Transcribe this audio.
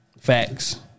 Facts